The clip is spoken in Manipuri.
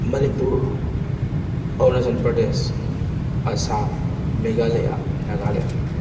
ꯃꯅꯤꯄꯨꯔ ꯑꯔꯨꯅꯥꯆꯜ ꯄ꯭ꯔꯗꯦꯁ ꯑꯁꯥꯝ ꯃꯦꯒꯥꯂꯌꯥ ꯅꯥꯒꯥꯂꯦꯟ